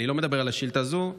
אני לא מדבר על השאילתה הזו.